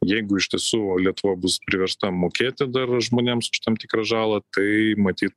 jeigu iš tiesų lietuva bus priversta mokėti dar žmonėms už tam tikrą žalą tai matyt